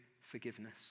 forgiveness